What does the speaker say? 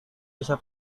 bisa